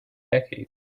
decades